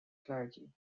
clergy